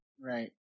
Right